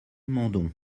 mandon